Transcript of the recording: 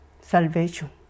Salvation